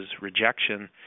rejection